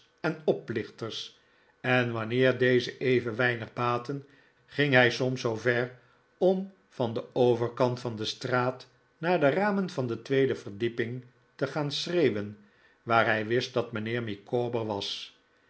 en oplichters en wanneer deze even weinig baatten ging hij soms zoo ver om van den overkant van de straat naar de ramen van de tweede verdieping te gaan schrecuwen waar hij wist dat mijnheer micawber was